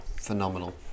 phenomenal